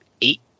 eight